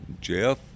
Jeff